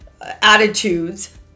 attitudes